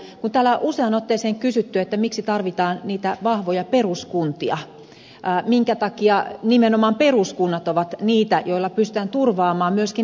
täällä on useaan otteeseen kysytty miksi tarvitaan niitä vahvoja peruskuntia minkä takia nimenomaan peruskunnat ovat niitä joilla pystytään turvaamaan myöskin lähipalvelut